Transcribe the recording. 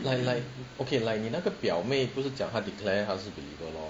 like like okay like 你那个表妹不是讲她 declared 她是 believer lor